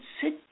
sit